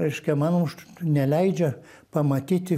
reiškia man už neleidžia pamatyti